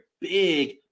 big